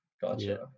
Gotcha